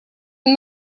and